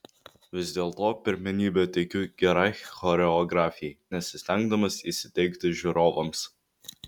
vis dėlto pirmenybę teikiu gerai choreografijai nesistengdamas įsiteikti žiūrovams